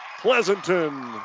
Pleasanton